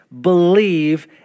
believe